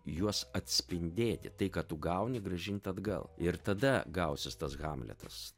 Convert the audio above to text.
juos atspindėti tai ką tu gauni grąžint atgal ir tada gausis tas hamletas